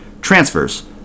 transfers